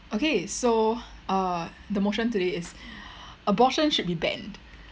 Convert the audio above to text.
okay so uh the motion today is abortion should be banned